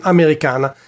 Americana